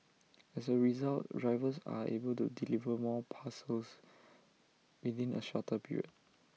as A result drivers are able to deliver more parcels within A shorter period